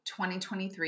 2023